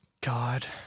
God